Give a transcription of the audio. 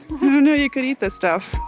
who knew you could eat this stuff.